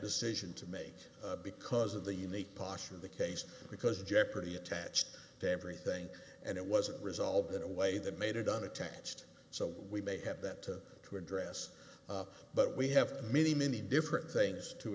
decision to make because of the unique posture of the case because jeopardy attached to everything and it wasn't resolved in a way that made it unattached so we may have that to to address but we have many many different things to